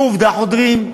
ועובדה, חודרים.